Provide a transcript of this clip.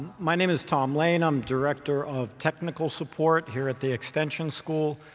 my name is tom lane. i'm director of technical support here at the extension school.